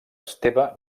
esteve